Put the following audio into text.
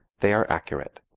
they are accurate.